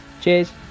Cheers